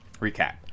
recap